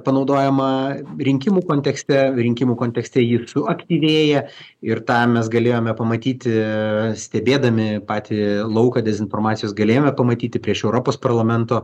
panaudojama rinkimų kontekste rinkimų kontekste ji suaktyvėja ir tą mes galėjome pamatyti stebėdami patį lauką dezinformacijos galėjome pamatyti prieš europos parlamento